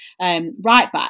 right-back